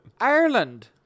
Ireland